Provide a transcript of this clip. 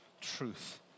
truth